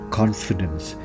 confidence